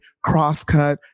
Crosscut